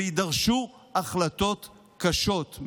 ויידרשו החלטות קשות,